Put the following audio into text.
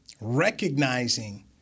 recognizing